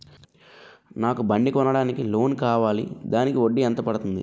నాకు బండి కొనడానికి లోన్ కావాలిదానికి వడ్డీ ఎంత పడుతుంది?